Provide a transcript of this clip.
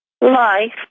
life